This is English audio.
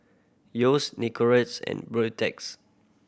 Yeo's Nicorette and Beautex